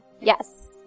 Yes